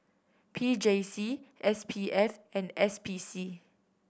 P J C S P F and S P C